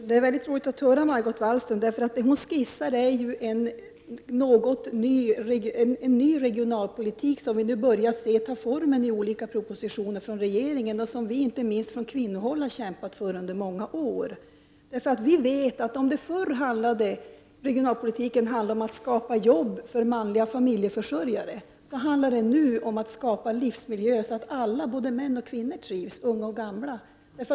Herr talman! Vad Margot Wallström nu skisserar är den nya regionalpolitik som börjar ta form genom olika propositioner från regeringen och som vi inte minst från kvinnohåll har kämpat för under många år. Regionalpolitiken handlade tidigare om att skapa jobb för manliga familjeförsörjare, men nu gäller det att skapa en sådan livsmiljö att både män och kvinnor och både unga och gamla skall trivas.